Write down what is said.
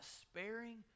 sparing